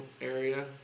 area